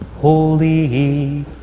Holy